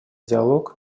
диалог